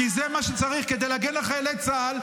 כי זה מה שצריך כדי להגן על חיילי צה"ל,